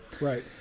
Right